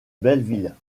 belleville